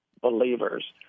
believers